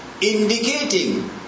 Indicating